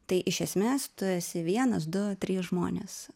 tai iš esmės tu esi vienas du trys žmonės